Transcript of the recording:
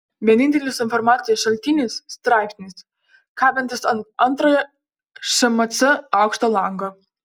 vienintelis informacijos šaltinis straipsnis kabantis ant antrojo šmc aukšto lango